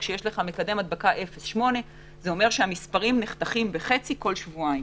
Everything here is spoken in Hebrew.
כשיש לך מקדם הדבקה 0.8 זה אומר שהמספרים נחתכים בחצי כל שבועיים.